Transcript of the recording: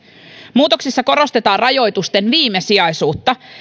muutoksissa korostetaan rajoitusten viimesijaisuutta